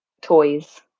toys